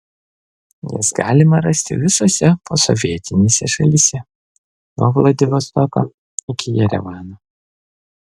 jas galima rasti visose posovietinėse šalyse nuo vladivostoko iki jerevano